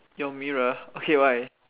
your mirror okay why